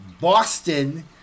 Boston